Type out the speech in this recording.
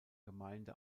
gemeinde